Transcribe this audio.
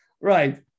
right